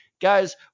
guys